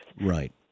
right